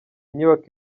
inyubako